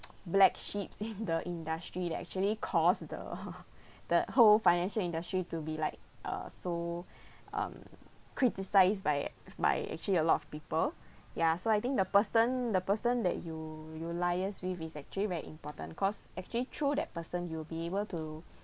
black sheeps in the industry that actually caused the the whole financial industry to be like uh so um criticised by by actually a lot of people ya so I think the person the person that you you liaise with is actually very important cause actually through that person you will be able to